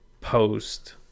Post